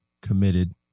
committed